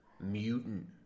mutant